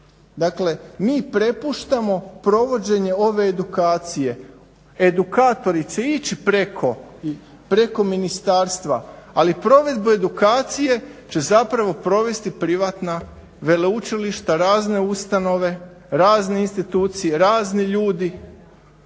Dakle, mi prepuštamo provođenje ove edukacije, edukatori će ići preko ministarstva ali provedbe edukacije će zapravo provesti privatna veleučilišta, razne ustanove, razne institucije, razni ljudi,